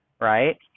right